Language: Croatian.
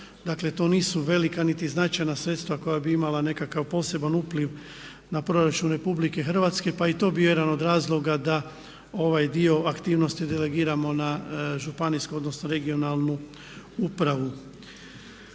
Dakle to nisu velika niti značajna sredstva koja bi imala nekakav poseban upliv na proračun RH pa i to je bio jedan od razloga da ovaj dio aktivnosti delegiramo na županijsku odnosno regionalnu upravu.